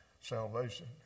salvation